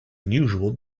unusual